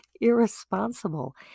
irresponsible